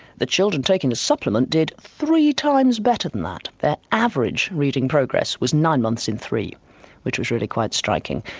the children taking a supplement did three times better than that, their average reading progress was nine months in three which was really quite striking.